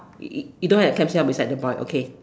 you don't have clam shell beside the boy okay